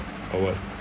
or what